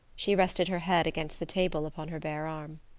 she rested her head against the table upon her bare arm.